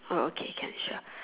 oh okay can sure